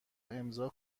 امضاء